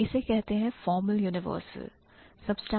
इसे कहते हैं formal universal